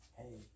hey